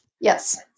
Yes